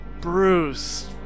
Bruce